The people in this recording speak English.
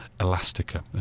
Elastica